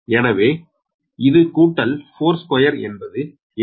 எனவே இது கூட்டல் 42 என்பது 8